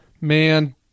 Man